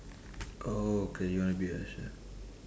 okay you wanna be a chef